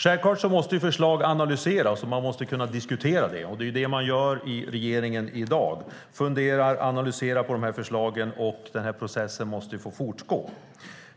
Självklart måste förslag kunna analyseras och diskuteras, och det är det man gör i regeringen i dag. Man funderar över och analyserar förslagen, och den här processen måste få fortgå.